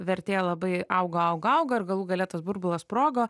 vertė labai augo augo augo ir galų gale tas burbulas sprogo